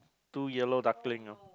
two yellow duckling ah